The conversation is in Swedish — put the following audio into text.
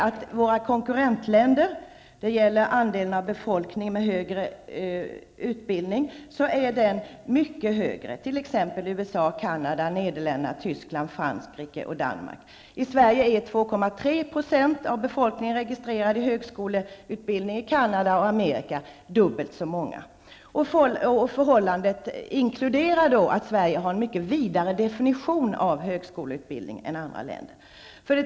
I våra konkurrentländer är den andel av befolkningen som har högre utbildning mycket större, t.ex. i USA, Canada, Danmark. I Sverige har 2,3 % av befolkningen registrerad högskoleutbildning, och i Canada och Amerika är det dubbelt så många. Detta inkluderar att Sverige har en mycket vidare definition av högskoleutbildning än vad andra länder har.